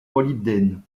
molybdène